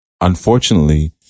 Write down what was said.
unfortunately